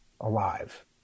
alive